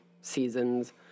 seasons